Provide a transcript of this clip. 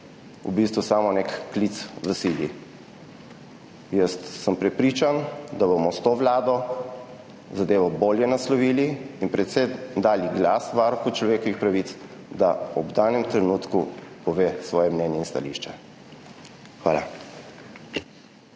v bistvu samo nek klic v sili. Prepričan sem, da bomo s to vlado zadevo bolje naslovili in predvsem dali glas varuhu človekovih pravic, da v danem trenutku pove svoje mnenje in stališče. Hvala.